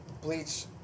Bleach